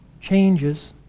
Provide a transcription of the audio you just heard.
changes